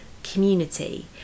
community